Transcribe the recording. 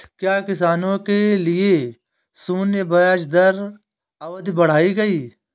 क्या किसानों के लिए शून्य ब्याज दर की अवधि बढ़ाई गई?